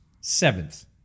seventh